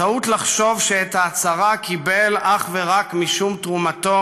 טעות לחשוב שאת ההצהרה קיבל אך ורק משום תרומתו